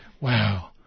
Wow